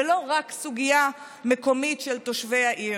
ולא רק סוגיה מקומית של תושבי העיר.